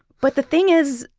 but the thing is,